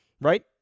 right